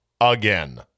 again